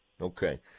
Okay